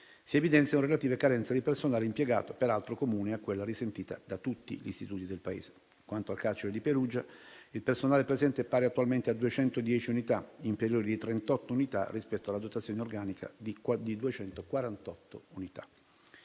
si evidenziano relative carenze di personale impiegato, peraltro comuni a quella risentita da tutti gli istituti del Paese. Quanto al carcere di Perugia, il personale presente è pari attualmente a 210 unità, inferiore di 38 unità rispetto alla dotazione organica prevista